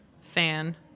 FAN